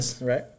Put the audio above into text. Right